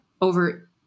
over